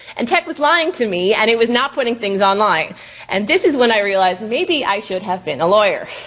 and tech was lying to me and it was not putting things online and this is when i realized maybe i should have been a lawyer.